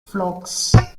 flocks